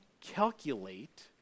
calculate